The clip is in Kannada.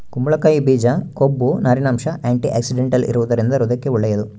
ಕುಂಬಳಕಾಯಿ ಬೀಜ ಕೊಬ್ಬು, ನಾರಿನಂಶ, ಆಂಟಿಆಕ್ಸಿಡೆಂಟಲ್ ಇರುವದರಿಂದ ಹೃದಯಕ್ಕೆ ಒಳ್ಳೇದು